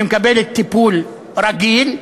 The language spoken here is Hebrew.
שמקבלת טיפול רגיל,